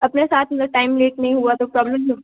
अपने साथ में टाइम लेट नहीं हुआ तो प्रॉब्लम